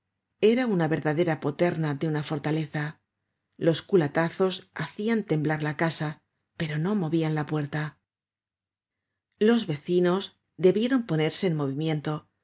era una verdadera poterna de una fortaleza los culatazos hacian temblar la casa pero no movian la puerta los vecinos debieron ponerse en movimiento